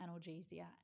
analgesia